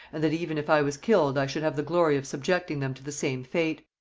and that even if i was killed i should have the glory of subjecting them to the same fate.